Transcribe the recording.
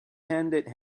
handed